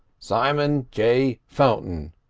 simon j. fountain,